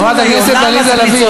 חברת הכנסת עליזה לביא,